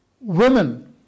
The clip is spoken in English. Women